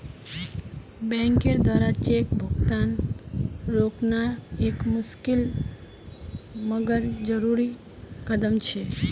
बैंकेर द्वारा चेक भुगतान रोकना एक मुशिकल मगर जरुरी कदम छे